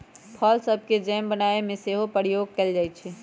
फल सभके जैम बनाबे में सेहो प्रयोग कएल जाइ छइ